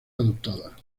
adoptada